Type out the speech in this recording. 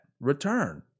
return